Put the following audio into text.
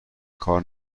کار